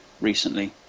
recently